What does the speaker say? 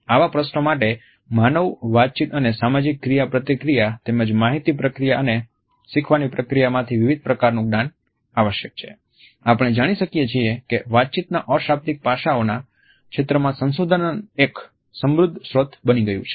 આવા પ્રશ્નો માટે માનવ વાતચીત અને સામાજિક ક્રિયાપ્રતિક્રિયા તેમજ માહિતી પ્રક્રિયા અને શીખવાની પ્રક્રિયા માથી વિવિધ પ્રકારનું જ્ઞાન આવશ્યક છે આપણે જાણી શકીએ છીએ કે વાતચીતના અશાબ્દિક પાસાઓના ક્ષેત્રમાં સંશોધન એક સમૃદ્ધ સ્ત્રોત બની ગયું છે